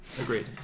Agreed